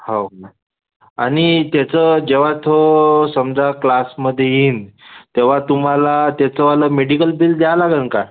हो आणि त्याचं जेव्हा तो समजा क्लासमध्ये येईल तेव्हा तुम्हाला त्याचंवालं मेडिकल बिल द्यावं लागेल का